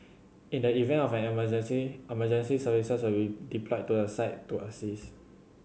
in the event of an emergency emergency services will deployed to the site to assist